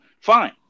Fine